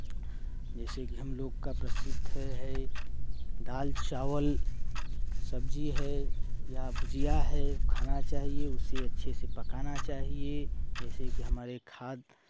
जैसे कि हमलोग का प्रसिद्ध है दाल चावल सब्जी है या भुजिया है वो खाना चाहिए उसे अच्छे से पकाना चाहिए जैसे कि हमारे खाद